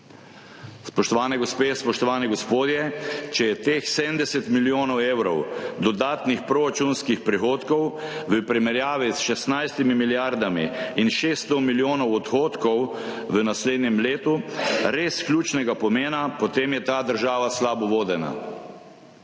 Spoštovane gospe, spoštovani gospodje, če je teh 70 milijonov evrov dodatnih proračunskih prihodkov v primerjavi s 16 milijardami in 600 milijonov odhodkov v naslednjem letu res ključnega pomena, potem je ta država slabo vodena.